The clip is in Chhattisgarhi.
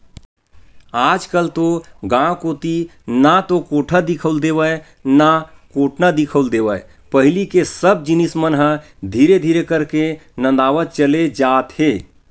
आजकल तो गांव कोती ना तो कोठा दिखउल देवय ना कोटना दिखउल देवय पहिली के सब जिनिस मन ह धीरे धीरे करके नंदावत चले जात हे